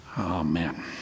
Amen